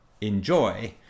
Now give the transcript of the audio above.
enjoy